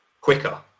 quicker